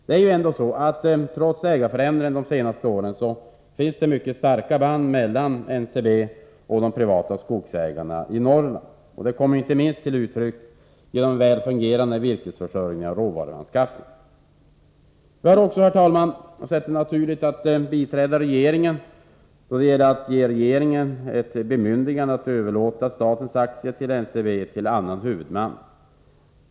Det är ju ändå så att det trots ägarförändringen de senaste åren finns mycket starka band mellan NCB och de privata skogsägarna i Norrland. Detta kommer inte minst till uttryck genom en väl fungerande virkesförsörjning och råvaruanskaffning. Vi har också, herr talman, sett det som naturligt att ge regeringen ett bemyndigande att överlåta statens aktier i NCB till annan huvudman.